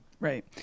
Right